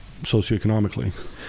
socioeconomically